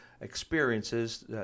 experiences